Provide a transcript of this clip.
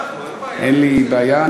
המשיב, הוא לא שומע אותך.